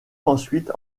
ensuite